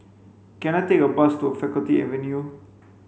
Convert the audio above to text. can I take a bus to Faculty Avenue